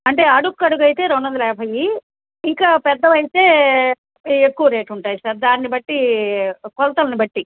అంటే అడుగుకు అడుగయితే రెండొందల యాభై ఇంకా పెద్దవైతే ఎక్కువ రేటు ఉంటాయి సార్ దాన్ని బట్టి కొలతలను బట్టి